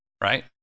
right